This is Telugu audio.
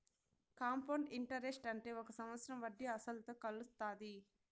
కాంపౌండ్ ఇంటరెస్ట్ అంటే ఒక సంవత్సరం వడ్డీ అసలుతో కలుత్తాది